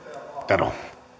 arvoisa